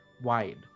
Wide